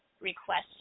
request